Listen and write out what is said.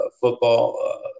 football